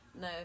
No